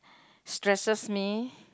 stresses me